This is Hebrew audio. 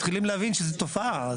מתחילים להבין שזו תופעה.